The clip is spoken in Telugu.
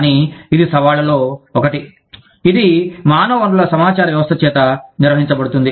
కానీ ఇది సవాళ్లలో ఒకటి ఇది మానవ వనరుల సమాచార వ్యవస్థ చేత నిర్వహించబడుతుంది